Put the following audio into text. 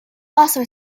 also